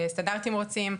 אילו סטנדרטים רוצים,